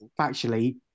factually